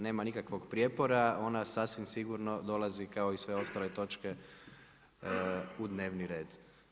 Nema nikakvog prijepora, ona sasvim sigurno dolazi, kao i sve ostale točke u dnevni red.